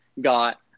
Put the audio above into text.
got